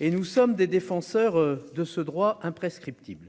et nous sommes les défenseurs de ce droit imprescriptible.